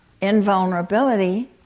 invulnerability